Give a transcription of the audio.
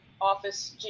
office